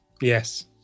Yes